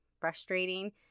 frustrating